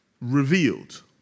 Revealed